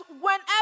whenever